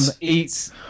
eats